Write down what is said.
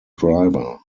driver